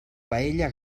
paella